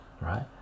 right